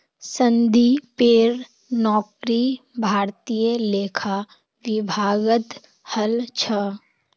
संदीपेर नौकरी भारतीय लेखा विभागत हल छ